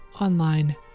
online